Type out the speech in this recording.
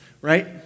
right